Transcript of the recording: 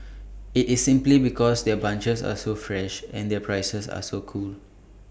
IT is simply because their bunches are so fresh and their prices are so cool